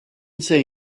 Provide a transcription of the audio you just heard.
say